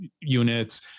units